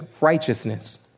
righteousness